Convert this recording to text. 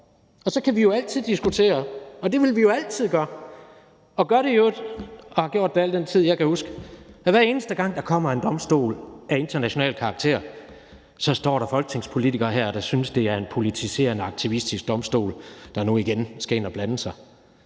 Vi kan altid diskutere det, og det vil vi jo altid gøre og har i øvrigt gjort det i al den tid, jeg kan huske. For hver eneste gang der kommer en domstol af international karakter, står der folketingspolitikere her, der synes, det er en politiserende og aktivistisk domstol, der nu igen skal ind og blande sig.